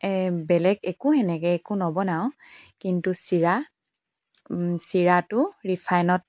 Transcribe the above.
বেলেগ একো এনেকৈ একো নবনাওঁ কিন্তু চিৰা চিৰাটো ৰিফাইনত অলপ